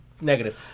Negative